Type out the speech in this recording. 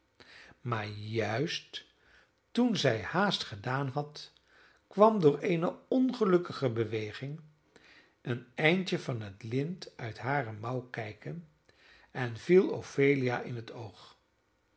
maar juist toen zij haast gedaan had kwam door eene ongelukkige beweging een eindje van het lint uit hare mouw kijken en viel ophelia in het oog